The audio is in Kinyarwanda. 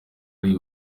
ari